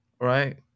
Right